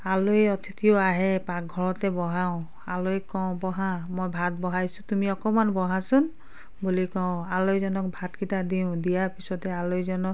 আলহী অতিথিও আহে পাকঘৰতে বহাওঁ আলহীক কওঁ বহা মই ভাত বঢ়াইছোঁ তুমি অকণমান বহাচোন বুলি কওঁ আলহীজনক ভাতকিটা দিওঁ দিয়াৰ পিছতে আলহীজনক